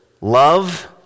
Love